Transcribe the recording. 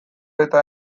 eta